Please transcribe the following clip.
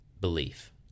belief